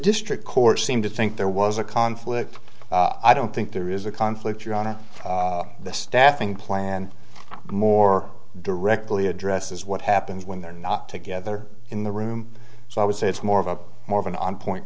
district court seemed to think there was a conflict i don't think there is a conflict your honor the staffing plan more directly addresses what happens when they're not together in the room so i would say it's more of a more of an on point